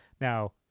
Now